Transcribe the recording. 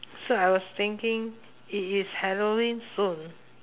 so I was thinking it is halloween soon